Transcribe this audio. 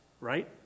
right